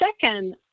second